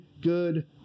good